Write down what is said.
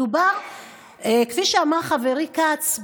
כפי שאמר חברי כץ,